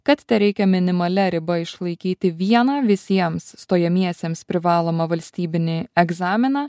kad tereikia minimalia riba išlaikyti vieną visiems stojamiesiems privalomą valstybinį egzaminą